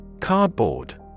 Cardboard